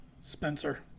Spencer